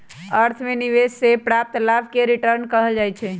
अर्थ में निवेश से प्राप्त लाभ के रिटर्न कहल जाइ छइ